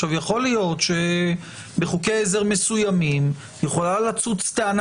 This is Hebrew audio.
יכול להיות שבחוקי עזר מסוימים יכולה לצוץ טענה